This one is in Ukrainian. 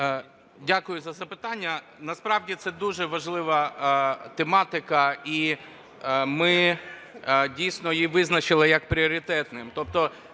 Дякую за запитання. Насправді це дуже важлива тематика, і ми дійсно її визначили як пріоритетною.